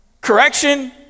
Correction